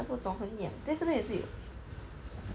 我不懂很痒 then 这边也是有